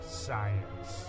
science